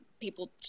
people